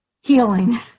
healing